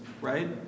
right